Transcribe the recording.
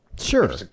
Sure